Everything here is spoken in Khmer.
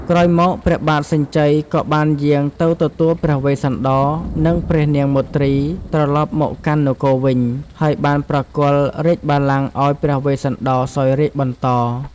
ក្រោយមក ព្រះបាទសញ្ជ័យក៏បានយាងទៅទទួលព្រះវេស្សន្តរ និងព្រះនាងមទ្រី ត្រឡប់មកកាន់នគរវិញ ហើយបានប្រគល់រាជបល្ល័ង្កឱ្យព្រះវេស្សន្តរសោយរាជ្យបន្ត។